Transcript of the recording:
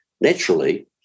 naturally